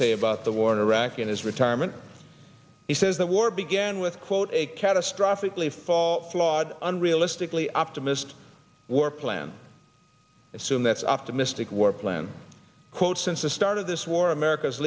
say about the war in iraq and his retirement he says the war began with quote a catastrophic lee fall flawed unrealistically optimistic war plan assume that's optimistic war plan quote since the start of this war america's